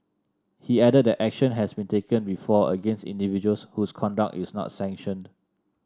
he added that action has been taken before against individuals whose conduct is not sanctioned